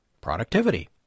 productivity